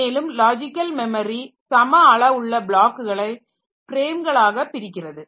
மேலும் logical memory சம அளவுள்ள பிளாக்குகளை ஃப்ரேம்களாக பிரிக்கிறது